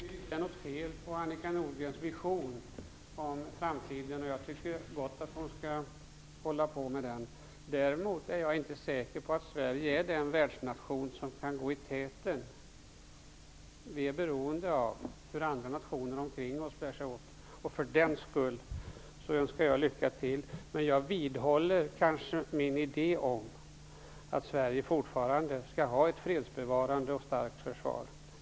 Herr talman! Jag tycker inte att det är något fel på Annika Nordgrens vision om framtiden, och hon kan gärna hålla fast vid den. Däremot är jag inte säker på att Sverige är den världsnation som kan gå i täten. Vi är beroende av försvaret, därför att andra nationer bär sig åt. För den skull önskar jag Annika Nordgren lycka till. Jag vidhåller ändå min idé om att Sverige fortfarande skall ha ett fredsbevarande och starkt försvar.